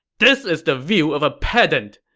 this is the view of a pedant!